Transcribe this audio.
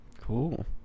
Cool